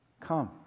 Come